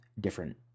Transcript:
different